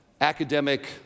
academic